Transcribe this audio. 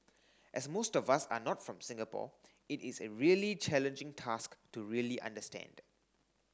as most of us are not from Singapore it is a really challenging task to really understand